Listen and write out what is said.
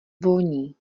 voní